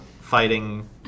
fighting